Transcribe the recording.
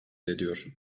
ediyor